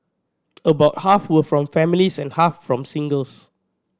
about half were from families and half from singles